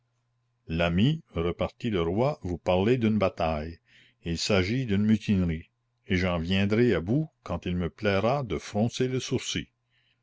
l'ami repartit le roi vous parlez d'une bataille il s'agit d'une mutinerie et j'en viendrai à bout quand il me plaira de froncer le sourcil